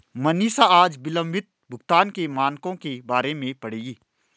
मनीषा आज विलंबित भुगतान के मानक के बारे में पढ़ेगी